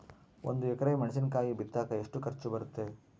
ಒಂದು ಎಕರೆ ಮೆಣಸಿನಕಾಯಿ ಬಿತ್ತಾಕ ಎಷ್ಟು ಖರ್ಚು ಬರುತ್ತೆ?